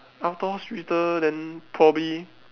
after hospital then probably